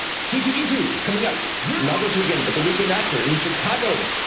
c two e two is coming up! not this weekend, but the weekend after, in chicago.